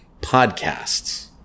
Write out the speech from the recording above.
podcasts